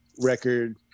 record